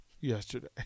yesterday